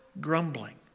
grumbling